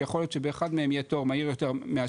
כי יכול להיות שבאחד מהם יהיה תור מהיר יותר מהשני,